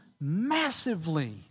massively